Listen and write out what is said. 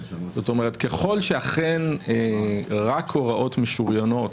ככל שאכן רק הוראות משוריינות,